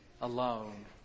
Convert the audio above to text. alone